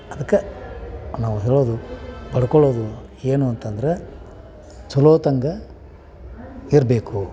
ಅದ್ಕೆ ನಾವು ಇರೋದು ಪಡ್ಕೊಳ್ಳೋದು ಏನು ಅಂತಂದರೆ ಚಲೋತ್ತಂಗೆ ಇರಬೇಕು